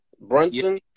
Brunson